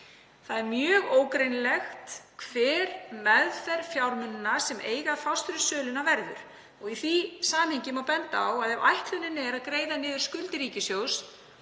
Það er mjög ógreinilegt hver meðferð fjármuna sem eiga að fást fyrir söluna verður. Í því samhengi má benda á að ef ætlunin er að greiða niður skuldir ríkissjóðs,